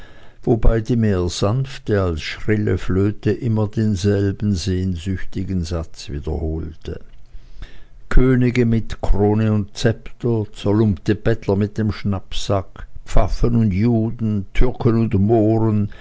wobei die mehr sanfte als schrille flöte immer denselben sehnsüchtigen satz wiederholte könige mit krone und zepter zerlumpte bettler mit dem schnappsack pfaffen und juden türken und mohren